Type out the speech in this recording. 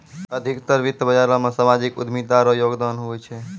अधिकतर वित्त बाजारो मे सामाजिक उद्यमिता रो योगदान हुवै छै